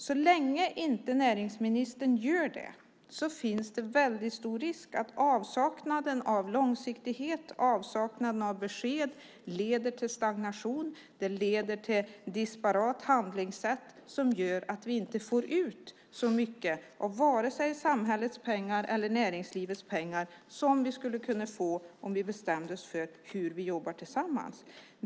Så länge näringsministern inte gör det finns det väldigt stor risk att avsaknaden av långsiktighet, avsaknaden av besked leder till stagnation. Det leder till ett disparat handlingssätt som gör att vi inte får ut så mycket av vare sig näringslivets eller samhällets pengar som vi skulle kunna om vi bestämde oss för hur vi jobbar tillsammans.